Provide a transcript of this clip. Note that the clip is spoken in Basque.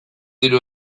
diru